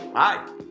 Hi